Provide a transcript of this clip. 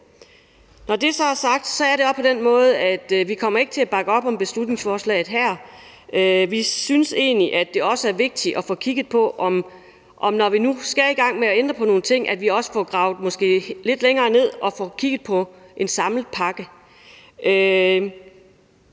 Når det så er sagt, vil jeg sige, at det også er på den måde, at vi ikke kommer til at bakke op om beslutningsforslaget her. Vi synes egentlig, at det også er vigtigt at få kigget på – når vi nu skal i gang med at ændre på nogle ting – at vi får gravet måske lidt længere ned og får kigget på en samlet pakke.